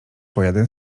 pojadę